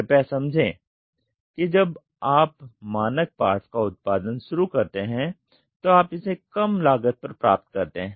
कृपया समझें कि जब आप मानक पार्ट्स का उत्पादन शुरू करते हैं तो आप इसे कम लागत पर प्राप्त करते हैं